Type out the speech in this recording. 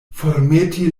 formeti